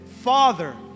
Father